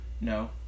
No